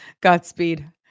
Godspeed